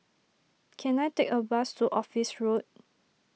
can I take a bus to Office Road